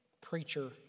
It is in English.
preacher